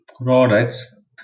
products